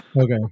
okay